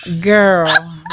girl